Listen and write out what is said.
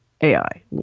ai